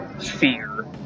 fear